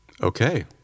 Okay